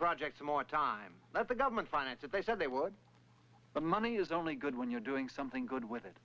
project the more time that the government finances they said they would but money is only good when you're doing something good with it